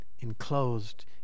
enclosed